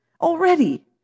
already